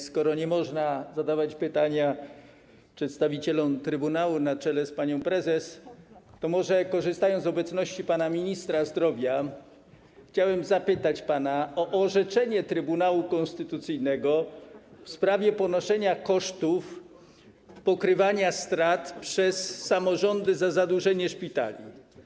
Skoro nie można zadawać pytań przedstawicielom trybunału na czele z panią prezes, to może, korzystając z obecności pana ministra zdrowia, chciałbym zapytać pana o orzeczenie Trybunału Konstytucyjnego w sprawie ponoszenia kosztów, pokrywania strat przez samorządy, jeśli chodzi o zadłużenie szpitali.